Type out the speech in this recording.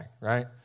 right